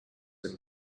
and